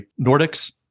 Nordics